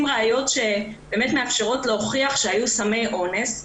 ראיות שבאמת מאפשרות להוכיח שהיו סמי אונס.